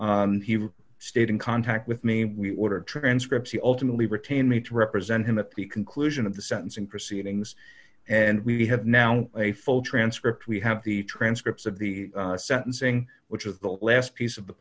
stayed in contact with me we ordered transcripts he ultimately retained me to represent him at the conclusion of the sentencing proceedings and we have now a full transcript we have the transcripts of the sentencing which was the last piece of the